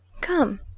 Come